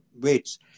weights